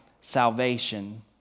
salvation